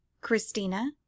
Christina